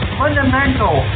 fundamental